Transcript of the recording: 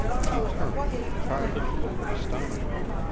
she turned with a childish look of astonishment.